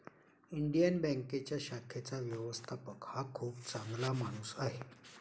Indian बँकेच्या शाखेचा व्यवस्थापक हा खूप चांगला माणूस आहे